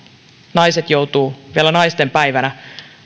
naiset joutuvat vielä naistenpäivänä